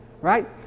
right